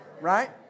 right